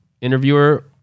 interviewer